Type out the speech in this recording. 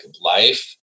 life